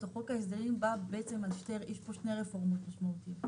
שתי רפורמות משמעותיות.